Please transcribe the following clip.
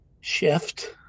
shift